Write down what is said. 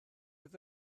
oedd